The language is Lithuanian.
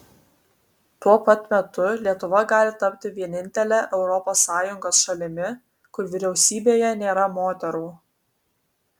tuo pat metu lietuva gali tapti vienintele europos sąjungos šalimi kur vyriausybėje nėra moterų